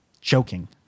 joking